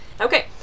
okay